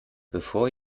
bevor